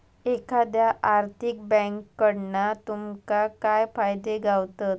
एखाद्या आर्थिक बँककडना तुमका काय फायदे गावतत?